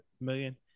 million